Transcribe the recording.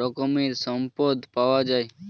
রকমের সম্পদ পাওয়া যায়